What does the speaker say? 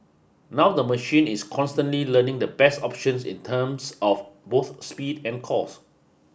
now the machine is constantly learning the best options in terms of both speed and cost